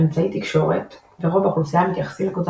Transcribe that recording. אמצעי תקשורת ורוב האוכלוסייה מתייחסים לקבוצת